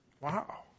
Wow